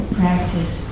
practice